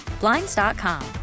Blinds.com